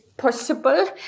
possible